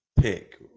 pick